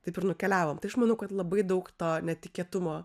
taip ir nukeliavom tai aš manau kad labai daug to netikėtumo